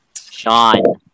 Sean